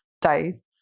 days